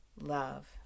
love